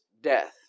death